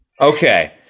Okay